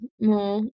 more